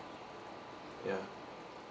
ya